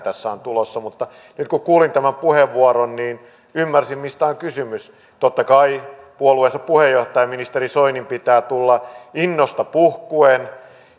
tässä on tulossa mutta nyt kun kuulin tämän puheenvuoron ymmärsin mistä on kysymys totta kai puolueensa puheenjohtajan ministeri soinin pitää tulla innosta puhkuen